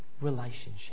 relationship